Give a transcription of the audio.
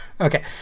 okay